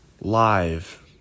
live